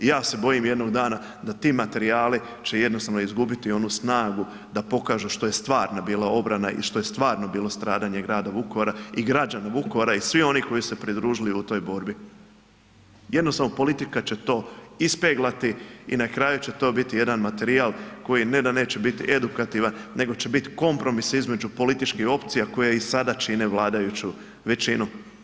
I ja se bojim jednog dana da će ti materijali jednostavno izgubiti onu snagu da pokažu što je bila stvarna obrana i što je stvarno bilo stradanje grada Vukovara i građana Vukovara i svih onih koji su se pridružili u toj borbi, jednostavno politika će to ispeglati i na kraju će to biti jedan materijal koji ne da neće biti edukativan nego će biti kompromisa između političkih opcija koje i sada čine vladajuću većinu.